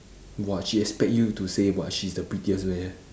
!wah! she expect you to say what she's the prettiest meh